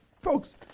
folks